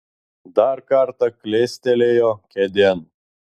dar kartą klestelėjo kėdėn